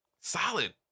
Solid